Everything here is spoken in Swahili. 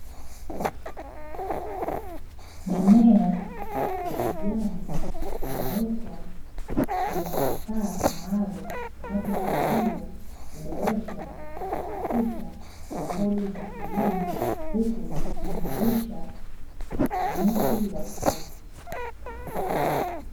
Mimea ya kijani imewekwa kwenye kifaa maalumu kinachosaidia kuboresha na kuharakisha shughuli za kilimo, huku ikiimarisha ufanisi wa kazi.